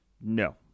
No